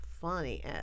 funny